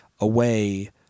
away